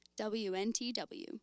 WNTW